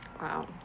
Wow